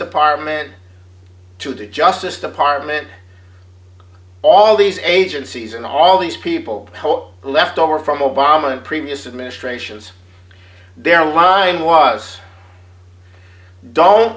department to the justice department all these agencies and all these people whole left over from obama and previous administrations their line was don't